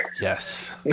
Yes